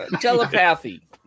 telepathy